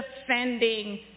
defending